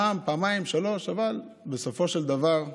פעם, פעמיים, שלוש אבל בסופו של דבר,